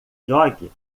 jogue